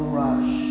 rush